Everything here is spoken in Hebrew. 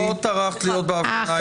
לא טרחת להיות בהפגנה.